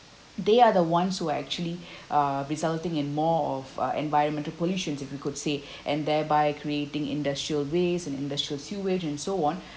they are the ones who are actually uh resulting in more of uh environmental pollution if you could say and thereby creating industrial waste and industrial sewage and so on